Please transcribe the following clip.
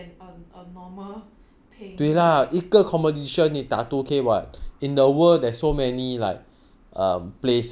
but two K isn't a lot eh is even lower than a a normal paying job